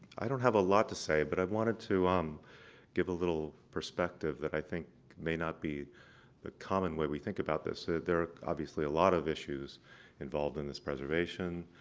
i don't have a lot to say, but i wanted to um give a little perspective that i think may not be the common way we think about this. there are obviously a lot of issues involved in this preservation,